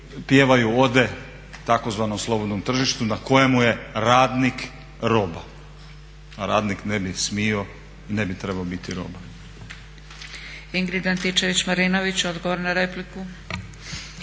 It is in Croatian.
pjevaju ode tzv. slobodnom tržištu na kojemu je radnik roba. A radnik ne bi smio i ne bi trebao biti roba.